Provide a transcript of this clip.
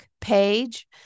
page